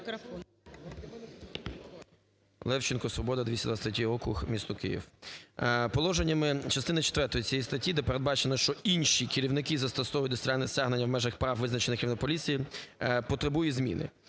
Левченко, "Свобода", 223 округ, місто Київ. Положеннями частини четвертої цієї статті, де передбачено, що "інші керівники застосовують дисциплінарні стягнення в межах прав, визначених керівником поліції", потребує зміни.